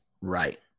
Right